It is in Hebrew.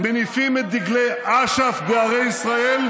מניפים את דגלי אש"ף בערי ישראל,